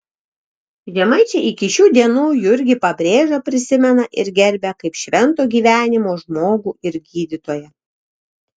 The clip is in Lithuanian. žemaičiai iki šių dienų jurgį pabrėžą prisimena ir gerbia kaip švento gyvenimo žmogų ir gydytoją